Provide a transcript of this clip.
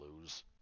lose